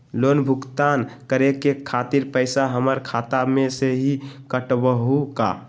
Loan भुगतान करे के खातिर पैसा हमर खाता में से ही काटबहु का?